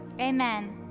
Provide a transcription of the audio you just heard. Amen